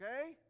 okay